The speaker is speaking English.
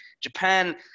Japan